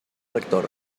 rector